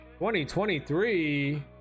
2023